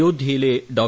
അയോധ്യയിലെ ഡോ